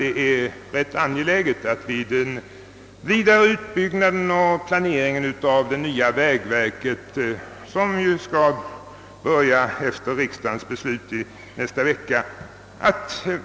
Det är angeläget att vi vid utbyggnaden av det nya vägverket tillvaratar de möjligheter som finns på området.